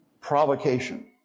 provocation